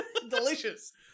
Delicious